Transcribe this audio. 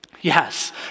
Yes